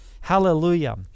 Hallelujah